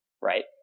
right